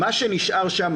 מה שנשאר שם